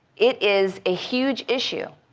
it is a huge issue.